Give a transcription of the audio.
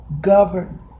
govern